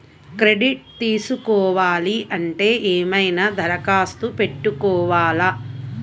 Credit తీసుకోవాలి అంటే ఏమైనా దరఖాస్తు పెట్టుకోవాలా?